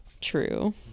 true